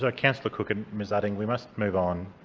ah councillor cook and ms utting, we must move on.